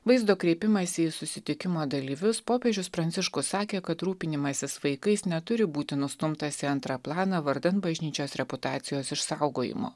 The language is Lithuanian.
vaizdo kreipimąsi į susitikimo dalyvius popiežius pranciškus sakė kad rūpinimasis vaikais neturi būti nustumtas į antrą planą vardan bažnyčios reputacijos išsaugojimo